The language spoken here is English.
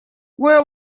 where